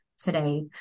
today